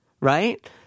Right